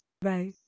Bye